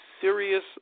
serious